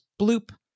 bloop